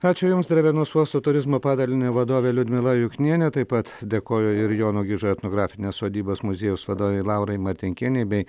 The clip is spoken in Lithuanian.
ačiū jums drevenos uosto turizmo padalinio vadovė liudmila juknienė taip pat dėkoju ir jono gižo etnografinės sodybos muziejaus vadovei laurai martinkienei bei